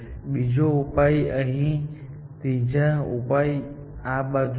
બીજો ઉપાય અહીં છે અને ત્રીજો ઉપાય આ બાજુ છે